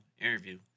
interview